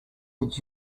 that